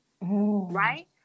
right